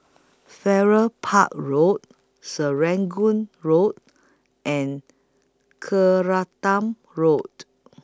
Farrer Park Road Serangoon Road and Road